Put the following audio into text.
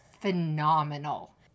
phenomenal